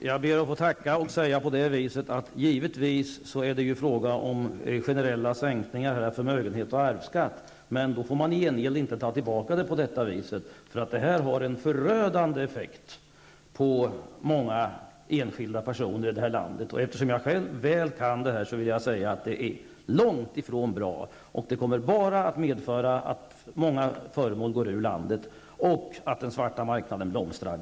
Herr talman! Jag ber att få tacka för det. Givetvis är det fråga om generella sänkningar av förmögenhets och arvsskatt. Men då får man i gengäld inte på detta vis ta tillbaka kapitalet. Detta har nämligen en förödande effekt på många enskilda personer i det här landet. Eftersom jag själv väl känner till detta, vill jag säga att det är långt ifrån bra. Det kommer bara att medföra att många föremål försvinner ut ur landet och att den svarta marknaden blomstrar.